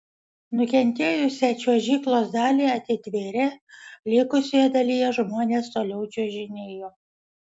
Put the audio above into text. nukentėjusią čiuožyklos dalį atitvėrė likusioje dalyje žmonės toliau čiuožinėjo